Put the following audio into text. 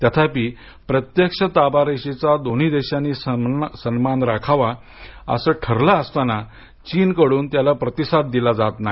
तथापि प्रत्यक्ष ताबा रेषेचा दोन्ही देशांनी सन्मान राखावा असे ठरले असताना चीनकडून त्याला प्रतिसाद दिला जात नाही